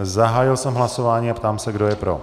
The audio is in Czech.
Zahájil jsem hlasování a ptám se, kdo je pro.